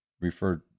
refer